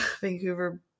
Vancouver